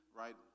right